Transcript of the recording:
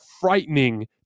frightening